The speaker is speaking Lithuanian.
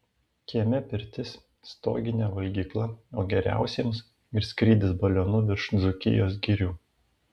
kieme pirtis stoginė valgykla o geriausiems ir skrydis balionu virš dzūkijos girių